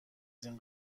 این